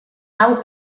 hau